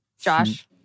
Josh